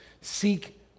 seek